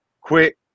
Quick